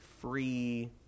free